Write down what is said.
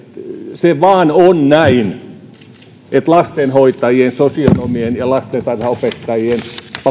se vain on näin että lastenhoitajien sosionomien ja lastentarhanopettajien